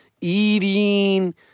eating